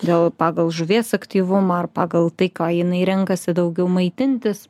dėl pagal žuvies aktyvumą ar pagal tai ką jinai renkasi daugiau maitintis